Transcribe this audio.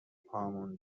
پامون